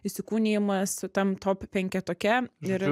įsikūnijimas tam top penketuke ir